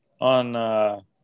on